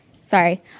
Sorry